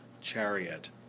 chariot